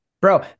bro